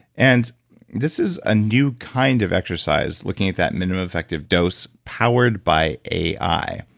and this is a new kind of exercise looking at that minimum effective dose powered by ai,